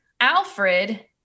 Alfred